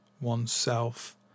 oneself